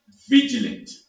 vigilant